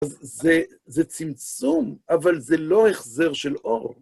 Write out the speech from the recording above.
אז זה צמצום, אבל זה לא החזר של אור.